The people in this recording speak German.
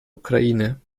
ukraine